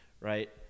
right